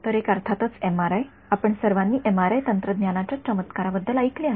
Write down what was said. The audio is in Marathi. तर एक अर्थातच एमआरआय आपण सर्वानी एमआरआय तंत्रज्ञानाच्या चमत्काराबद्दल ऐकले आहेत